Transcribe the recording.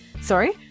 Sorry